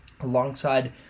alongside